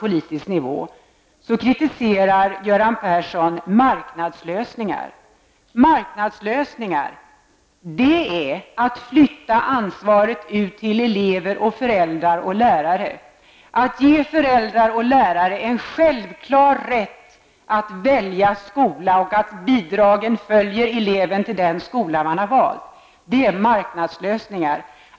Vidare kritiserar Göran Persson det här med marknadslösningar. Men marknadslösningar innebär att ansvaret flyttas ut till elever, föräldrar och lärare. Det handlar om att föräldrar och lärare skall ha den självklara rätten att välja skola. Dessutom skall bidragen följa eleven till den skola som har valts. Det är marknadslösningar.